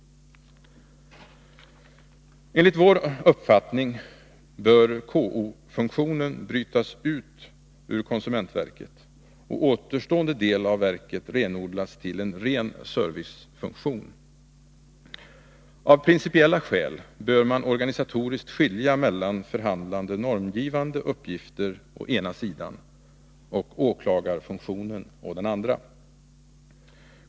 Enligt vår uppfattning bör KO-funktionen brytas ut ur konsumentverket och återstående del av verket renodlas till en ren servicefunktion. Av principiella skäl bör man organisatoriskt skilja mellan förhandlande och normgivande uppgifter å ena sidan och åklagarfunktionen å den andra.